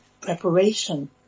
preparation